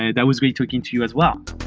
and that was great talking to you as well.